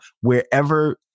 wherever